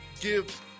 Give